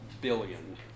billion